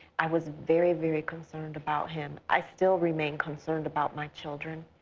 i was very, very concerned about him. i still remained concerned about my children.